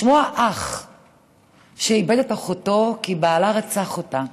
לשמוע אח שאיבד את אחותו כי בעלה רצח אותה.